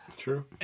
true